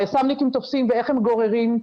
היס"מניקים תופסים ואיך הם גוררים.